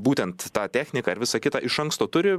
būtent tą techniką ar visą kitą iš anksto turi